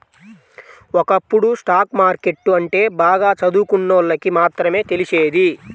ఒకప్పుడు stock market అంటే బాగా చదువుకున్నోళ్ళకి మాత్రమే తెలిసేది